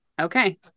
Okay